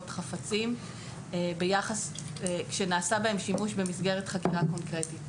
חפצים שנעשה בהם שימוש במסגרת חקירה קונקרטית.